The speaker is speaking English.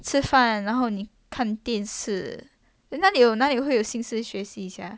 吃饭然后你看电视 then 哪里有哪里会有心思学习 sia